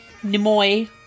Nimoy